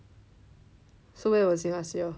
so where was it last year